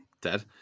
dead